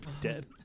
dead